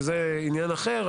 שזה עניין אחר,